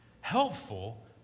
helpful